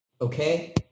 okay